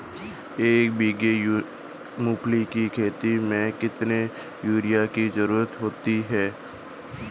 एक बीघा मूंगफली की खेती में कितनी यूरिया की ज़रुरत होती है?